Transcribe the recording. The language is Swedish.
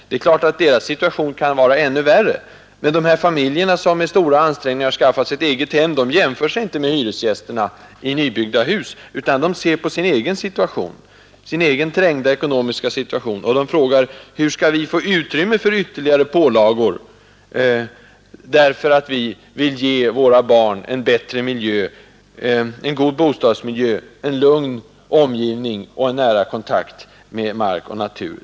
Deras situation kan naturligtvis vara ännu svårare, men de här familjerna som med stora ansträngningar har skaffat sig ett egethem jämför sig inte med hyresgästerna i nybyggda hus, utan de ser på sin egen trängda ekonomiska situation och de frågar: Hur skall vi få utrymme för ytterligare pålagor bara därför att vi vill ge våra barn en god bostadsmiljö, en lugn omgivning och en nära kontakt med mark och natur?